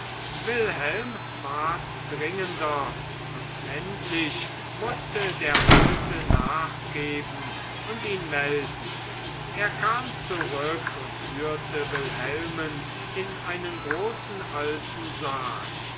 wilhelm ward dringender und endlich mußte der alte nachgeben und ihn melden er kam zurück und führte wilhelmen in einen großen alten saal